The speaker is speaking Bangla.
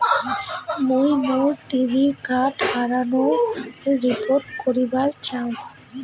মুই মোর ডেবিট কার্ড হারানোর রিপোর্ট করিবার চাই